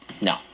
no